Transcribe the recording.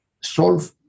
solve